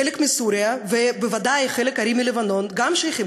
חלק מסוריה ובוודאי חלק הארי מלבנון שייכים